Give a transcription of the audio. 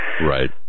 Right